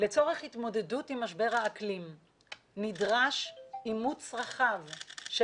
לצורך התמודדות עם משבר האקלים נדרש אימוץ רחב של